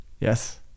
yes